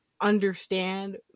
understand